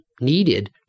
needed